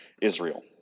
Israel